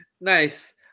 Nice